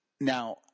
Now